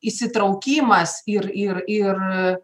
įsitraukimas ir ir ir